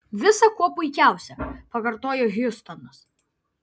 visa kuo puikiausia pakartojo hjustonas